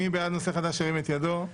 מי בעד נושא חדש ירים את ידו?